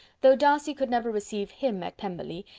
though darcy could never receive him at pemberley,